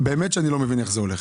באמת שאני לא מבין איך זה הולך.